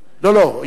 לא, לא.